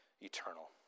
eternal